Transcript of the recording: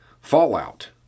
fallout